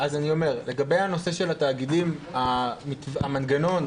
תעני לי שאלה ישירה, לא במשחקים.